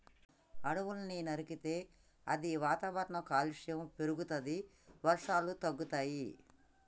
అడవుల్ని నరికితే అది వాతావరణ కాలుష్యం పెరుగుతది, వర్షాలు తగ్గుతయి